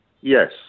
Yes